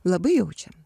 labai jaučiam